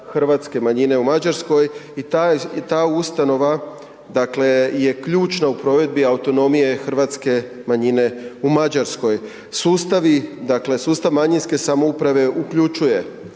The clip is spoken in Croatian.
hrvatske manjine u Mađarskoj i ta ustanova, dakle je ključna u provedbi autonomije hrvatske manjine u Mađarskoj. Sustavi, dakle sustav manjinske samouprave uključuje